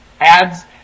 ads